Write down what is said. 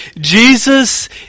Jesus